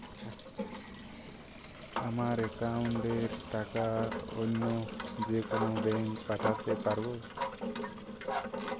আমার একাউন্টের টাকা অন্য যেকোনো ব্যাঙ্কে পাঠাতে পারব?